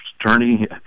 attorney